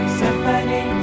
symphony